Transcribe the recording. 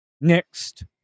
next